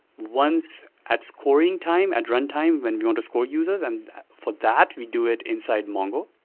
once at scoring time, at run time when we want to score uses. and for that, we do it inside mongo,